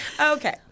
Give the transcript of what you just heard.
Okay